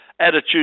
attitude